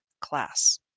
class